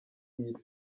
iyi